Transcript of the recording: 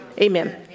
Amen